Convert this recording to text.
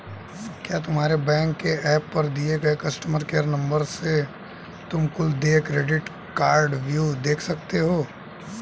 क्या तुम्हारे बैंक के एप पर दिए गए कस्टमर केयर नंबर से तुम कुल देय क्रेडिट कार्डव्यू देख सकते हो?